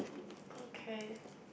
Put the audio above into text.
okay